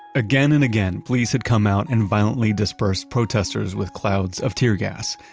again and again, police had come out and violently dispersed protesters with clouds of tear gas.